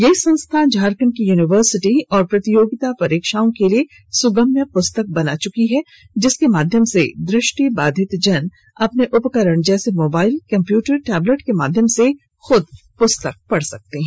ये संस्था झारखंड के युनिवर्सिटी और प्रतियोगिता परीक्षाओं के लिए सुगम्य पुस्तक बना चुकी है जिसके माध्यम से दृष्टिबाधित जन अपने उपकरण जैसे मोबाईल कम्प्यूटर टैबलेट के माध्यम से खुद से पुस्तक पढ़ सकते हैं